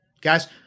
guys